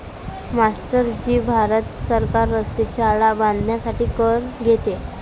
master ji Bharat सरकार रस्ते, शाळा बांधण्यासाठी कर घेते